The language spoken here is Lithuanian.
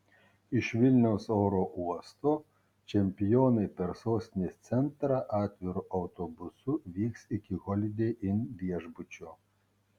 iš vilniaus oro uosto čempionai per sostinės centrą atviru autobusu vyks iki holidei inn viešbučio